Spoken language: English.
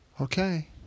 okay